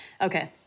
Okay